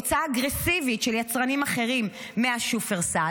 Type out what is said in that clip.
הוצאה אגרסיבית של יצרנים אחרים משופרסל,